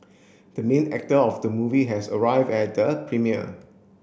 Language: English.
the main actor of the movie has arrived at the premiere